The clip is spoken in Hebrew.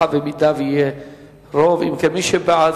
מי שבעד,